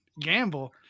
gamble